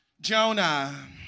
Jonah